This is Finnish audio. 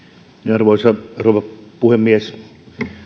arvoisa rouva puhemies